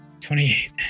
28